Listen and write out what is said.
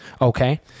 okay